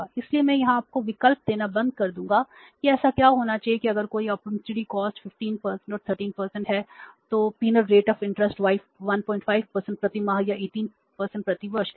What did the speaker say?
इसलिए मैं यहां आपको विकल्प देना बंद कर दूंगा कि ऐसा क्या होना चाहिए कि अगर कोई अपॉर्चुनिटी कॉस्ट 15 और 30 है तो दंड दर ब्याज दर 15 प्रति माह या 18 प्रति वर्ष कहे